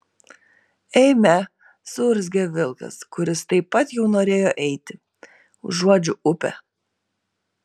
eime suurzgė vilkas kuris taip pat jau norėjo eiti užuodžiu upę